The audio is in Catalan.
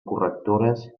correctores